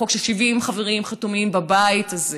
חוק ש-70 חברים חתומים בבית הזה.